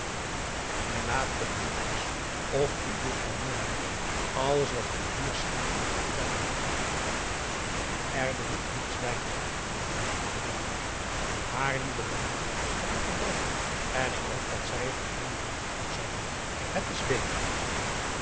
mijn laatste verzoek is of u juffrouw nora tiele alles wat ik u hier schrijf wilt vertellen er behoeft niets bijgevoegd te worden geloof ik haar lieve brieven heb ik verbrand ik hoop dat zij het mijn brieven ook zal doen het is beter